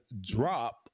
drop